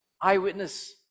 eyewitness